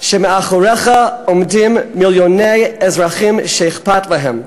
שמאחוריך עומדים מיליוני אזרחים שאכפת להם,